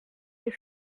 est